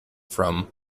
from